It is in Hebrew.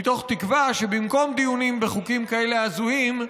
מתוך תקווה שבמקום דיונים בחוקים כאלה הזויים,